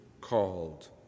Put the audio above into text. called